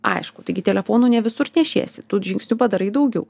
aišku taigi telefonu ne visur nešiesi tų žingsnių padarai daugiau